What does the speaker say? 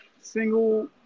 single